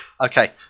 Okay